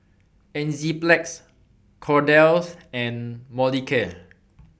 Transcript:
Enzyplex Kordel's and Molicare